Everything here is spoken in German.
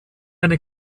eine